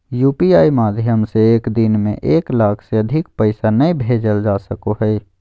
UPI माध्यम से एक दिन में एक लाख से अधिक पैसा नय भेजल जा सको हय